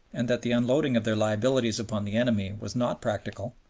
and that the unloading of their liabilities upon the enemy was not practicable,